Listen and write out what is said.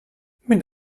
mit